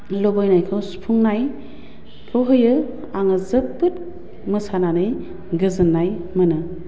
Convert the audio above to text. लुबैनायखौ सुफुंनायखौ होयो आं जोबोद मोसानानै गोजोन्नाय मोनो